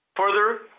Further